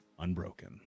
unbroken